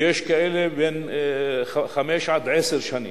ויש כאלה בין חמש לעשר שנים.